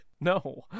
No